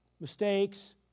mistakes